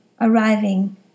arriving